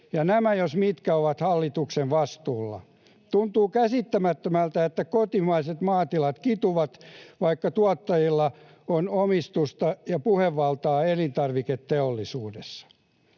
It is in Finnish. Ja nämä, jos mitkä, ovat hallituksen vastuulla. Tuntuu käsittämättömältä, että kotimaiset maatilat kituvat, vaikka tuottajilla on omistusta ja puhevaltaa elintarviketeollisuudessa.